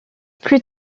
plus